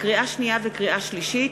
לקריאה שנייה ולקריאה שלישית: